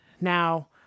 now